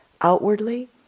outwardly